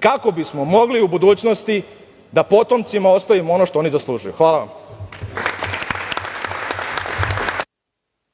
kako bismo mogli u budućnosti da potomcima ostavimo ono što oni zaslužuju. Hvala vam.